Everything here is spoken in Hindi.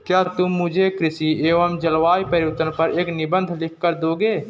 क्या तुम मुझे कृषि एवं जलवायु परिवर्तन पर एक निबंध लिखकर दोगे?